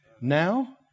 now